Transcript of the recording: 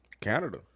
Canada